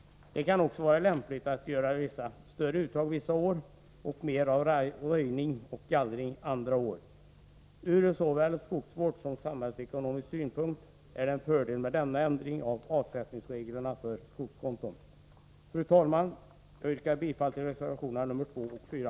Det kan också vara lämpligt att göra större uttag vissa år och mer av röjning och gallring andra år. Såväl samhällsekonomiskt som från skogsvårdssynpunkt är således denna ändring av avsättningsreglerna för skogskonton fördelaktig. Fru talman! Jag yrkar bifall till reservationerna 2 och 4.